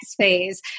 phase